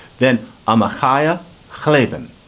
then i'm a hire clayborn.